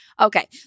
Okay